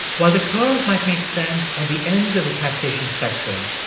while the curve might make sense at the ends of the taxation spectrum,